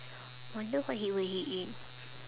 wonder what he will he eat